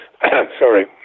sorry